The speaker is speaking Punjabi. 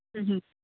ਹਮ ਹਮ